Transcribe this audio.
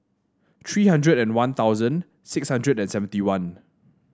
tree hundred and One Thousand six hundred and seventy one